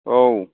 औ